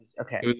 okay